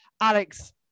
Alex